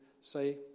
say